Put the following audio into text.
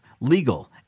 legal